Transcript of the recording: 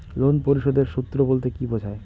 Loan পরিশোধের সূএ বলতে কি বোঝায়?